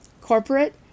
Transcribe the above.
Corporate